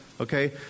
Okay